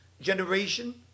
generation